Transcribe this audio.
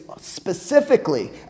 specifically